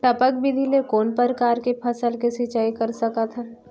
टपक विधि ले कोन परकार के फसल के सिंचाई कर सकत हन?